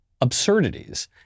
absurdities